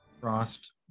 Frost